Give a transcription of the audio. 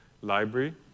library